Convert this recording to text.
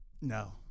No